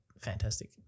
fantastic